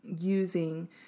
using